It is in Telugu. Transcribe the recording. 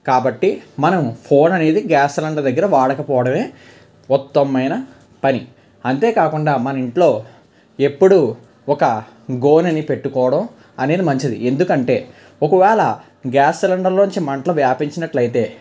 కాబట్టి మనం ఫోన్ అనేది గ్యాస్ సిలిండర్ దగ్గర వాడకపోవడమే ఉత్తమమైన పని అంతే కాకుండా మన ఇంట్లో ఎప్పుడు ఒక గోనని పెట్టుకోవడం అనేది మంచిది ఎందుకంటే ఒకవేళ గ్యాస్ సిలిండర్లో నుంచి మంటలు వ్యాపించినట్లైతే